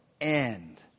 end